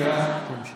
שאלת המשך.